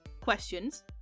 questions